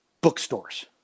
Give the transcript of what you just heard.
Bookstores